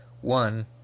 one